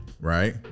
Right